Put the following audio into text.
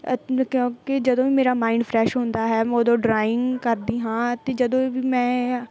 ਅਤ ਕਿਉਂਕਿ ਜਦੋਂ ਵੀ ਮੇਰਾ ਮਾਇੰਡ ਫਰੈਸ਼ ਹੁੰਦਾ ਹੈ ਮੈਂ ਉਦੋਂ ਡਰਾਇੰਗ ਕਰਦੀ ਹਾਂ ਅਤੇ ਜਦੋਂ ਵੀ ਮੈਂ